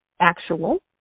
actual